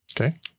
Okay